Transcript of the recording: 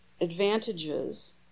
advantages